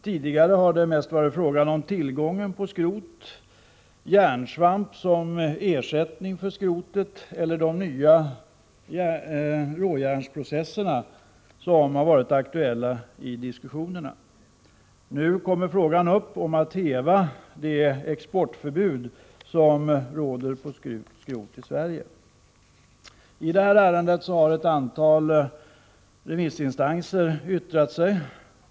Tidigare har det mest varit fråga om tillgången på skrot, järnsvamp som ersättning för skrotet eller de nya råjärnsprocesserna som varit aktuella i diskussionerna. Nu kommer frågan upp om att häva det exportförbud på skrot som råder i Sverige. I det här ärendet har ett antal remissinstanser yttrat sig.